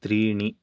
त्रीणि